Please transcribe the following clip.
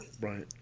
Right